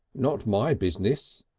not my business,